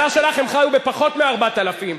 בממשלה שלך הם חיו בפחות מ-4,000.